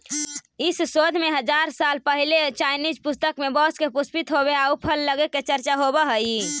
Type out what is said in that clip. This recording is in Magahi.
इस शोध में हजार साल पहिले चाइनीज पुस्तक में बाँस के पुष्पित होवे आउ फल लगे के चर्चा होले हइ